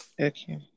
Okay